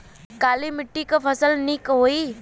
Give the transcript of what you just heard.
काली मिट्टी क फसल नीक होई?